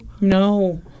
No